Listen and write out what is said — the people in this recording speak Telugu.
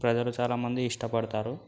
ప్రజలు చాలామంది ఇష్టపడతారు